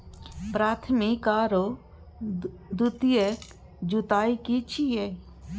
प्राथमिक आरो द्वितीयक जुताई की छिये?